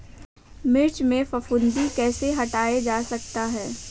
मिर्च में फफूंदी कैसे हटाया जा सकता है?